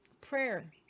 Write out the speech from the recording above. Prayer